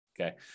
Okay